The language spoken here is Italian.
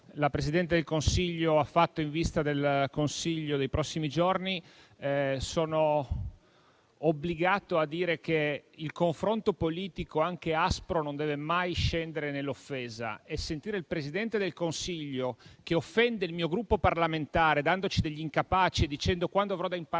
Presidente del Consiglio in vista del Consiglio europeo dei prossimi giorni, sono obbligato a dire che il confronto politico, anche aspro, non deve mai scendere nell'offesa. Sentire la Presidente del Consiglio che offende il mio Gruppo parlamentare dandoci degli incapaci e dicendo che, quando avrà da imparare